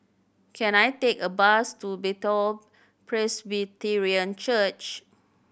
can I take a bus to Bethel Presbyterian Church